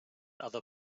other